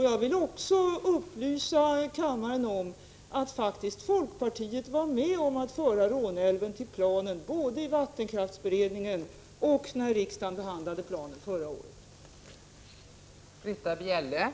Jag vill också upplysa kammaren om att folkpartiet faktiskt var med om att föra Råneälven till planen, både i vattenkraftberedningen och när riksdagen förra året behandlade planen.